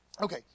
Okay